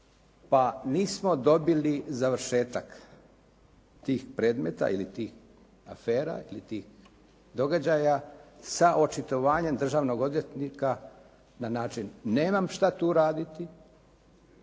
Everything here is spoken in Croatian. pa nismo dobili završetak tih predmeta ili tih afera ili tih događaja sa očitovanjem državnog odvjetnika na način nemam šta tu raditi